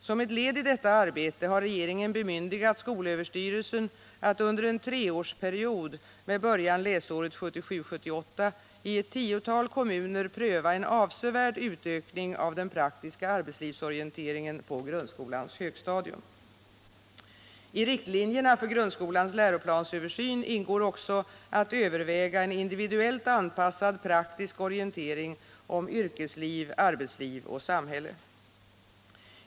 Som ett led i detta arbete har regeringen bemyndigat skolöverstyrelsen att under en treårsperiod, med början läsåret 1977/78, i ett tiotal kommuner pröva en avsevärd utökning av den praktiska arbetslivsorienteringen på grundskolans högstadium. I riktlinjerna för grundskolans läroplansöversyn ingår också att överväga en individuellt anpassad praktisk orientering om yrkesliv, arbetsliv och samhälle.